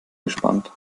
gespannt